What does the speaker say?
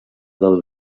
del